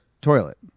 toilet